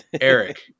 Eric